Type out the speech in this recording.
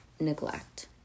neglect